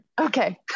Okay